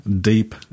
deep